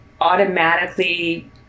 automatically